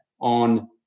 on